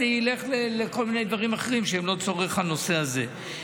וזה ילך לכל מיני דברים אחרים שהם לא לצורך הנושא הזה.